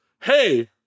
hey